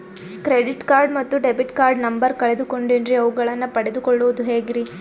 Credit card ಮತ್ತು debit card number ಕಳೆದುಕೊಂಡಿನ್ರಿ ಅವುಗಳನ್ನ ಪಡೆದು ಕೊಳ್ಳೋದು ಹೇಗ್ರಿ?